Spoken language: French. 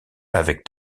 avec